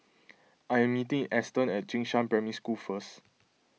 I am meeting Eston at Jing Shan Primary School first